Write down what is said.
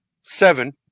seven